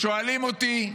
שואלים אותי: